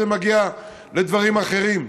רק כשזה מגיע לדברים אחרים,